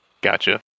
Gotcha